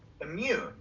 immune